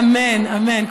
אמן, אמן.